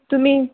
तुम्ही